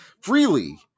freely